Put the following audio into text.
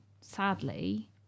sadly